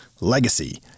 legacy